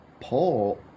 Paul